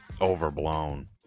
overblown